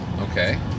Okay